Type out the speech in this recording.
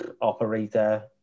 operator